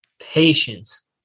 Patience